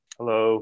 hello